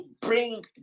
bring